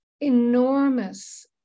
enormous